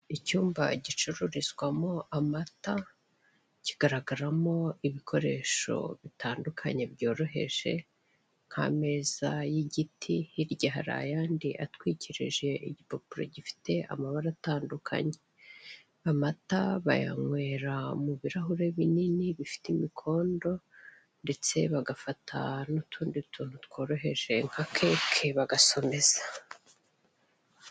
Icyumba kicururizwamo amata kigaragaramo ibikoresho bitandukanye byoroheje nk'ameza y'igiti hirya hari ayandi atwikirije igipapuro gifite amabara atandukanye. Amata bayanywera mu birahure binini bifite imikondo ndetse bagafata n'utundi tuntu tworoheje nka keke bagasomeza.